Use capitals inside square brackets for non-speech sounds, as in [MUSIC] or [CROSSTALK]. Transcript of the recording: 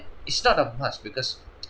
it's not a must because [NOISE]